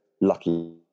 lucky